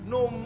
No